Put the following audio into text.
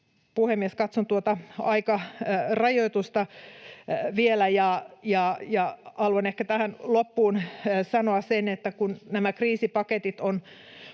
puhemies! Katson tuota aikarajoitusta vielä, ja haluan ehkä tähän loppuun sanoa sen, että kun nämä kriisipaketit on